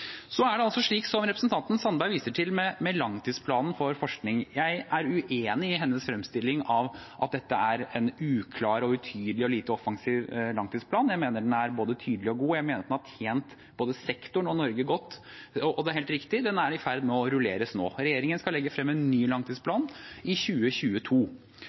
Representanten Sandberg viser til langtidsplanen for forskning. Jeg er uenig i hennes fremstilling av at dette er en uklar, utydelig og lite offensiv langtidsplan. Jeg mener den er både tydelig og god, og at den har tjent både sektoren og Norge godt. Det er helt riktig at den er i ferd med å rulleres nå. Regjeringen skal legge frem en ny langtidsplan i 2022.